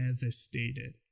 devastated